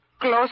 close